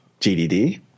GDD